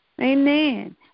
amen